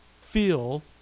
feel